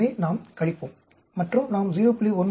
எனவே நாம் கழிப்போம் மற்றும் நாம் 0